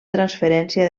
transferència